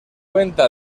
cuenta